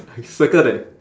I circle that